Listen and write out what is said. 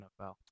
NFL